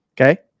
okay